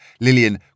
Lillian